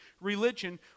religion